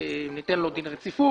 ניתן לו דין רציפות.